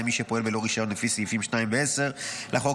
מי שפועל בלא רישיון לפי סעיפים 2 ו-10 לחוק,